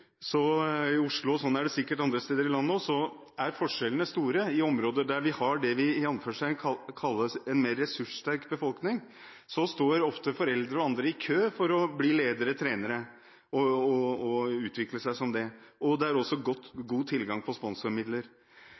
Oslo – sånn er det sikkert andre steder i landet også – er forskjellene store. I områder der vi har en mer «ressurssterk befolkning», står ofte foreldre og andre i kø for å utvikle seg som, og bli, ledere og trenere, og det er også god tilgang på sponsormidler.